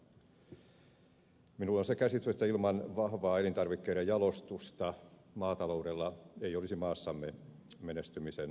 minulla on se käsitys että ilman vahvaa elintarvikkeiden jalostusta maataloudella ei olisi maassamme menestymisen edellytyksiä